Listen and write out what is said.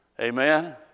Amen